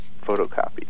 photocopy